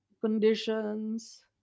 conditions